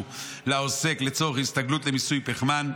לעוסק לצורך הסתגלות למיסוי פחמן,